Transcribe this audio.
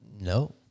No